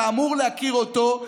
אתה אמור להכיר אותו.